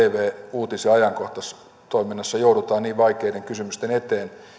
uutis ja ajankohtaistoiminnassa joudutaan niin vaikeiden kysymysten eteen